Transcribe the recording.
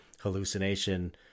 hallucination